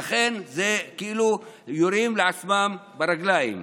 לכן זה כאילו יורים לעצמם ברגליים.